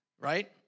Right